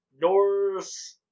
North